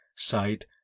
sight